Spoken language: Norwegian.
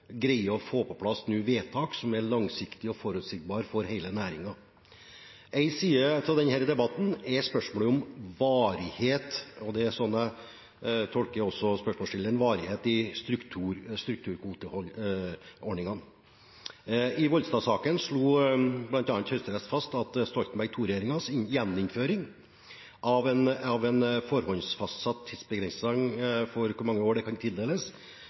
å få på plass vedtak som er langsiktige og forutsigbare for hele næringen. En side av denne debatten er spørsmålet om varighet – det er slik jeg tolker spørsmålsstilleren – i strukturkvoteordningene. I Volstad-saken slo Høyesterett fast at Stoltenberg II-regjeringens gjeninnføring av en forhåndsfastsatt tidsbegrensning for hvor mange år det kan tildeles